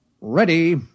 Ready